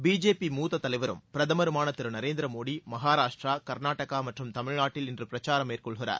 BJP மூத்த தலைவரும் பிரதமருமான திரு நரேந்திர மோடி மகராஷ்டிரா கர்நாடகா மற்றும் தமிழ்நாட்டில் இன்று பிரச்சாரம் மேற்கொள்கிறார்